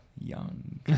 young